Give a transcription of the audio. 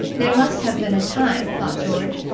there must have been a time, thought george,